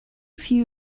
few